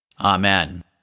Amen